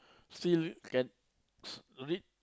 still can s~ read